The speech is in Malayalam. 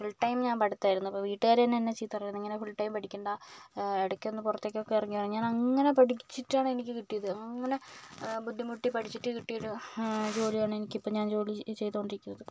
ഫുൾ ടൈം ഞാൻ പഠിത്തമായിരുന്നു അപ്പം വീട്ടുകാർ തന്നെ എന്നെ ചീത്ത പറയുമായിരുന്നു ഇങ്ങനെ ഫുൾ ടൈം പഠിക്കണ്ട ഇടക്കൊന്ന് പുറത്തേക്കൊക്കെ ഇറങ്ങ് ഞാൻ അങ്ങനെ പഠിച്ചിട്ടാണ് എനിക്ക് കിട്ടിയത് അങ്ങനെ ബുദ്ധിമുട്ടി പഠിച്ചിട്ട് കിട്ടിയൊരു ജോലിയാണെനിക്കിപ്പം ഞാൻ ജോലി ചെയ്തു കൊണ്ടിരിക്കുന്നത്